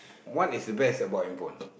what is the best about hand phone